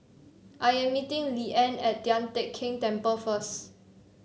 I am meeting Leanne at Tian Teck Keng Temple first